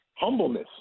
humbleness